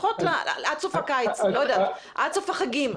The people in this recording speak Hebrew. לפחות עד סוף הקיץ, עד סוף החגים?